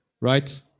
right